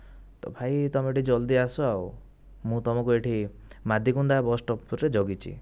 ତ ଭାଇ ତୁମେ ଟିକେ ଜଲ୍ଦି ଆସ ଆଉ ମୁ ତୁମକୁ ଏଇଠି ମାଦିକୁନ୍ଦା ବସଷ୍ଟପ୍ରେ ଜଗିଛି